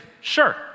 sure